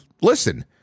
listen